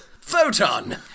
Photon